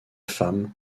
femme